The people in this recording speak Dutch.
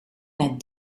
naar